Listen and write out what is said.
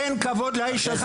אין כבוד לאיש הזה,